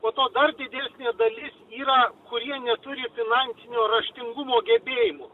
po to dar didesnė dalis yra kurie neturi finansinio raštingumo gebėjimų